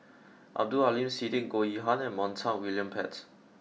Abdul Aleem Siddique Goh Yihan and Montague William Pett